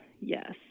Yes